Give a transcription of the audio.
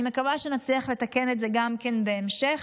ואני מקווה שנצליח לתקן גם את זה בהמשך.